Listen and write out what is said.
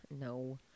No